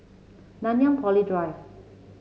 Nanyang Poly Drive